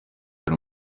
bari